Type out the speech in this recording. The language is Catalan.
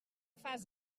fas